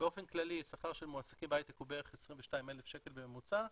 באופן כללי השכר של מועסקים בהייטק הוא בערך 22,000 שקל בממוצע,